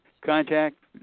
contact